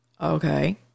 Okay